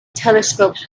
telescopes